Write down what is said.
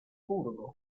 curvo